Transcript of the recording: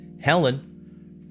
Helen